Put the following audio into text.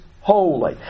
holy